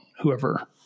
whoever